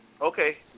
Okay